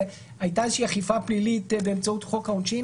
והייתה איזושהי אכיפה פלילית באמצעות חוק העונשין.